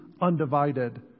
undivided